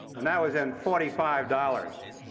and that was in forty five dollars.